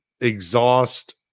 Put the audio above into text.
exhaust